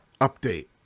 Update